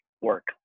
work